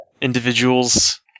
individuals